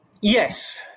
Yes